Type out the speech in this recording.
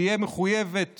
תהיה מחויבת